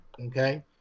okay